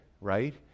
right